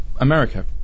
america